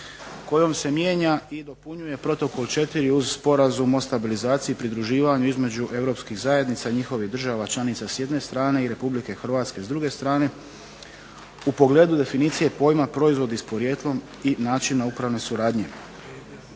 kojom se mijenja i dopunjuje Protokol 4. uz Sporazum o stabilizaciji i pridruživanju između europskih zajednica i njihovih država članica s jedne strane i Republike Hrvatske s druge strane u pogledu definicije pojma proizvodi s porijeklom i načina upravne suradnje.